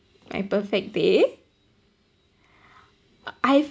my perfect day I’ve